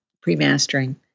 pre-mastering